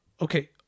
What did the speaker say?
okay